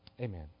Amen